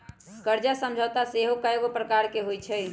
कर्जा समझौता सेहो कयगो प्रकार के होइ छइ